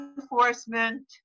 enforcement